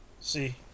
See